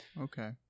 Okay